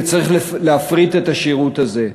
וצריך להפריט את השירות הזה.